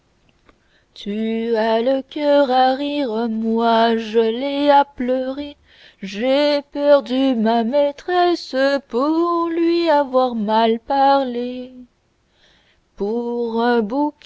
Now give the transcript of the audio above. à rire moi je l'ai à pleurer j'ai perdu ma maîtresse pour lui avoir mal parlé